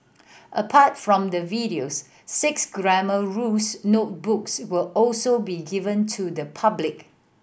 apart from the videos six Grammar Rules notebooks will also be given to the public